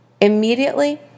Immediately